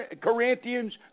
Corinthians